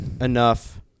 Enough